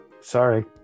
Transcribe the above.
Sorry